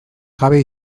jabe